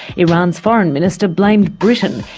iran's foreign minister blamed britain.